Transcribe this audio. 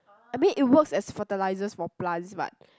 I mean it works as fertilizers for plants but